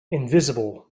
invisible